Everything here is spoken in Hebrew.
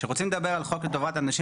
כשרוצים לדבר על חוק לטובת האנשים